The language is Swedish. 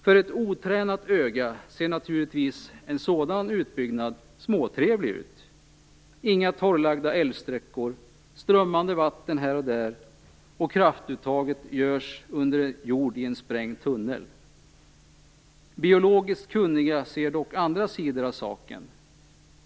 För ett otränat öga ser naturligtvis en sådan utbyggnad småtrevlig ut: inga torrlagda älvsträckor, strömmande vatten här och där, och kraftuttaget görs under jord i en sprängd tunnel. Biologiskt kunniga ser dock andra sidor av saken.